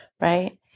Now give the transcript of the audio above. Right